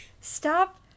stop